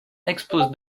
expose